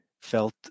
felt